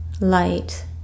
light